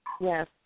Yes